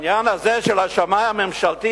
העניין הזה של השמאי הממשלתי,